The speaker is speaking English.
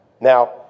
Now